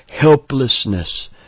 helplessness